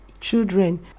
children